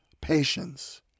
patience